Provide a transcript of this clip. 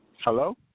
Hello